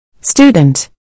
Student